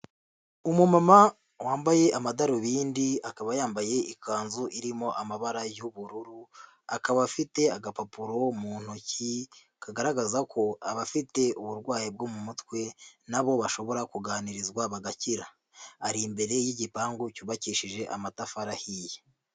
Umumama wambaye amadarubindi, akaba yambaye ikanzu irimo amabara y'ubururu, akaba afite agapapuro mu ntoki, kagaragaza ko abafite uburwayi bwo mu mutwe na bo bashobora kuganirizwa bagakira. Ari imbere y'igipangu cyubakishije amatafari ahiye.